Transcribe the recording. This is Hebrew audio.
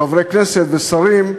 חברי כנסת ושרים,